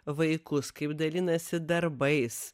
vaikus kaip dalinasi darbais